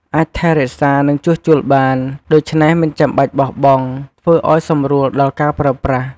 អាចថែរក្សា និងជួសជុលបាន ដូច្នេះមិនចាំបាច់បោះបង់ ធ្វើឲ្យសម្រួលដល់ការប្រើប្រាស់។